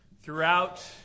throughout